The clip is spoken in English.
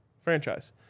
franchise